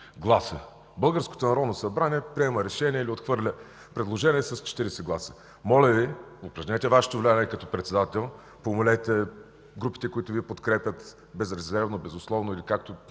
гласа. Българското Народно събрание приема решения или отхвърля предложения с 40 гласа. Моля Ви, упражнете Вашето влияние като председател, помолете групите, които Ви подкрепят безрезервно, безусловно или както